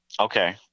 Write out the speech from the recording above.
Okay